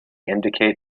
indicate